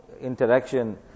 interaction